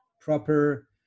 proper